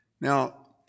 Now